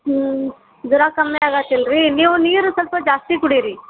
ಹ್ಞೂ ಜ್ವರ ಕಮ್ಮಿ ಆಗುತಿಲ್ರಿ ನೀವು ನೀರು ಸ್ವಲ್ಪ ಜಾಸ್ತಿ ಕುಡೀರಿ